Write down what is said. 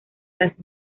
las